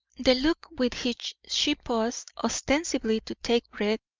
the look with which she paused, ostensibly to take breath,